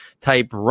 type